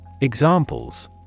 Examples